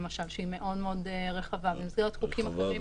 למשל, שהיא מאוד רחבה במסגרת חוקים אחרים.